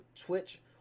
Twitch